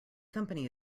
company